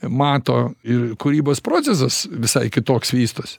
mato ir kūrybos procesas visai kitoks vystosi